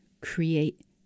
create